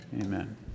amen